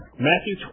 Matthew